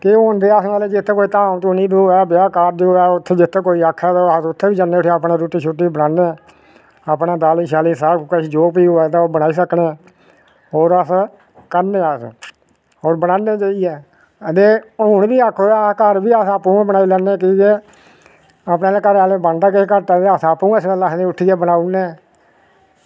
ते हून अस मतलब जित्थै कोई धाम धूनी होऐ ब्याह् कारज़ होऐ जित्थै कोई आक्खै अस उत्थै बी जन्ने उठी रुट्टी बनाने अपने दालीं सबकिश जो बी होऐ ते ओह् बनाई सकने होर अस कल्लै अस होर बनान्ने जाइयै ते हून बी आक्खो ते घर बी अस आपूं गै बनाई लैन्ने की के ते आपें ते घरें आह्लें बनदा घट्ट ऐ ते आपूं गै सबेल्ला सदीं उठियै बनाई ओड़ने